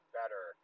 better